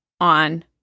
on